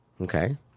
Okay